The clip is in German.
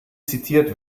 zitiert